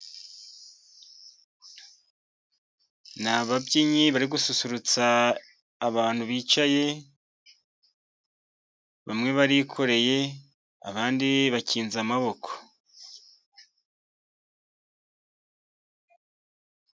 Ni ababyinnyi bari gususurutsa abantu bicaye, bamwe barikoreye abandi bakinze amaboko.